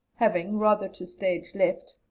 having, rather to stage left,